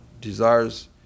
desires